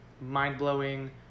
mind-blowing